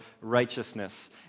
righteousness